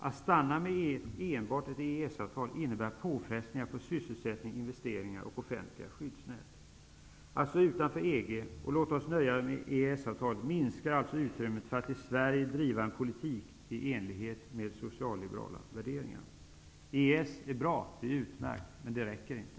Att enbart ha ett EES-avtal innebär påfrestningar på sysselsättning, investeringar, och offentliga skyddsnät. Att stå utanför EG och låta nöja sig med EES avtalet minskar alltså utrymmet för att i Sverige driva en politik i enlighet med socialliberala värderingar. EES är bra, det är utmärkt, men det räcker inte!